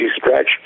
stretch